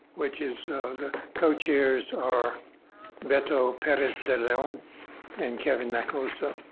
which is the co-chairs are beto perez de leon and kevin macaluso.